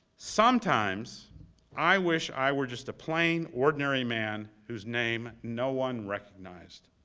sometimes i wish i were just a plain ordinary man whose name no one recognized.